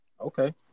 Okay